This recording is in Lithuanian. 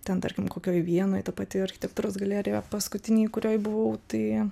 ten tarkim kokioj vienoj ta pati architektūros galerija paskutinėj kurioj buvau tai